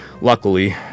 luckily